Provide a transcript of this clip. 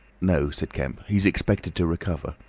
no, said kemp. he's expected to recover.